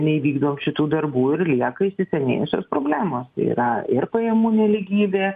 neįvykdom šitų darbų ir lieka įsisenėjusios problemos tai yra ir pajamų nelygybė